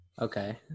Okay